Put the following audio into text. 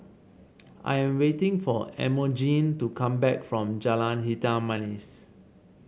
I am waiting for Emogene to come back from Jalan Hitam Manis